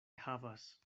havas